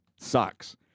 sucks